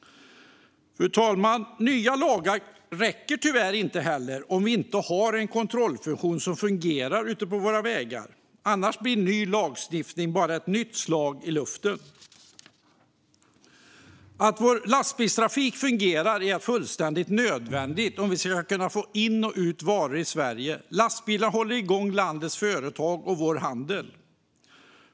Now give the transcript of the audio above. Fru talman! Nya lagar räcker tyvärr inte om vi inte har en kontrollfunktion som fungerar på våra vägar. Annars blir varje ny lagstiftning bara ytterligare ett nytt slag i luften. Att vår lastbilstrafik fungerar är fullständigt nödvändigt om vi ska kunna få in och ut varor till och från Sverige. Lastbilarna håller igång landets företag och vår handel.